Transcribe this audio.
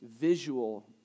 visual